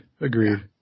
Agreed